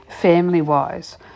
family-wise